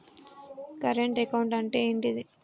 Current account అంటే ఏంటిది?